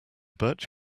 birch